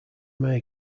may